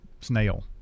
Snail